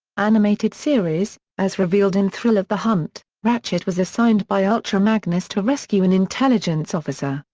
animated series as revealed in thrill of the hunt, ratchet was assigned by ultra magnus to rescue an intelligence officer,